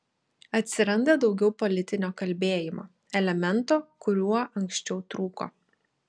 atsiranda daugiau politinio kalbėjimo elemento kuriuo anksčiau trūko